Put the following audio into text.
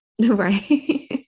Right